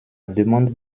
demande